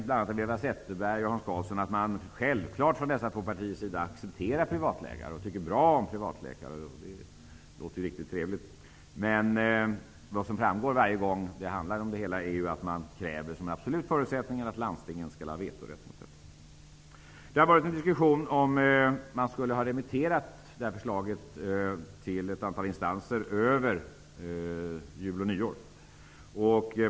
Eva Zetterberg och Hans Karlsson m.fl. säger förvisso att deras partier accepterar privatläkare och tycker bra om privatläkare. Det låter riktigt trevligt. Men vad som framgår varje gång är att man kräver som en absolut förutsättning att landstingen skall ha vetorätt. Det har förts en diskussion om huruvida man skulle ha remitterat förslaget till ett antal instanser över jul och nyår eller inte.